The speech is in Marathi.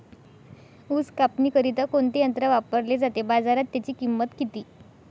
ऊस कापणीकरिता कोणते यंत्र वापरले जाते? बाजारात त्याची किंमत किती?